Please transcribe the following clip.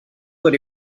that